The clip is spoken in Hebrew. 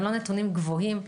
לא גבוהים.